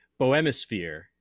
Bohemisphere